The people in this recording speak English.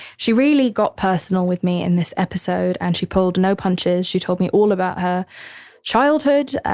she really got personal with me in this episode and she pulled no punches. she told me all about her childhood,